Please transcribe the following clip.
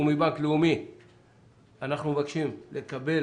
ומבנק לאומי אנחנו מבקשים לקבל